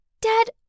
Dad